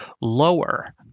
lower